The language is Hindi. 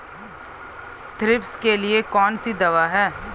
थ्रिप्स के लिए कौन सी दवा है?